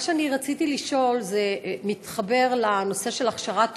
מה שרציתי לשאול מתחבר לנושא של הכשרת